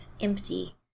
empty